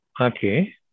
Okay